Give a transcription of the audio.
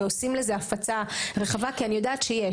ועושים לזה הפצה רחבה כי אני יודעת שזה קיים,